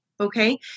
Okay